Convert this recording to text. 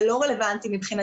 זה לא רלוונטי מבחינתנו.